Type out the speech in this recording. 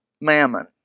mammon